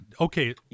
Okay